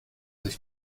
sich